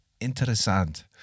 interessant